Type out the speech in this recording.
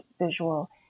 visual